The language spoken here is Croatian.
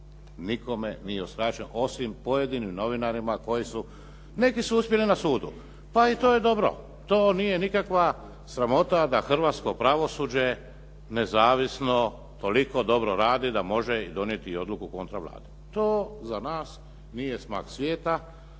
nikome nije uskraćeno osim pojedinim novinarima koji su. Neki su uspjeli na sudu, pa i to je dobro. To nije nikakva sramota da hrvatsko pravosuđe nezavisno toliko dobro radi da može donijeti odluku kontra Vlade. To za nas nije smak svijeta,